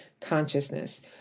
consciousness